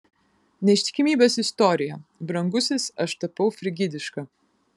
neištikimybės istorija brangusis aš tapau frigidiška